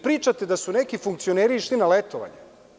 Pričate da su neki funkcioneri išli na letovanje.